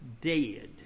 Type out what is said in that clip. dead